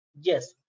yes